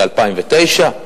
ב-2009.